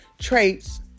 traits